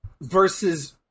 versus